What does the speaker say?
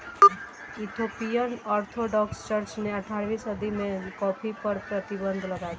Ethiopian Orthodox Church ने अठारहवीं सदी में कॉफ़ी पर प्रतिबन्ध लगा दिया